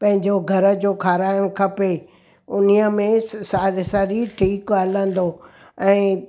पंहिंजो घर जो खाराइणु खपे हुन में असांजो शरीरु ठीकु हलंदो ऐं